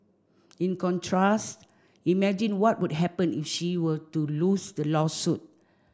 in contrast imagine what would happen if she were to lose the lawsuit